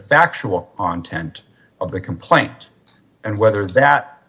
factual on tent of the complaint and whether that